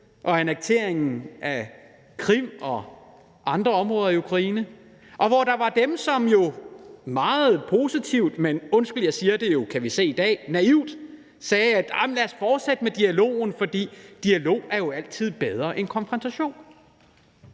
og annekteringen af Krim og andre områder i Ukraine. Og der var dem, som meget positivt, men – undskyld, jeg siger det – naivt, kan vi jo se i dag, sagde: Lad os fortsætte med dialogen, for dialog er jo altid bedre end konfrontation.